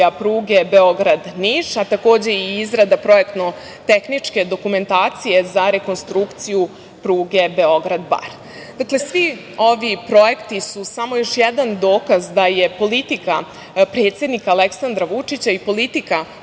pruge Beograd - Niš, a takođe i izrada projektno-tehničke dokumentacije za rekonstrukciju pruge Beograd - Bar. Dakle, svi ovi projekti su samo još jedan dokaz da je politika predsednika Aleksandra Vučića i politika